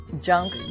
junk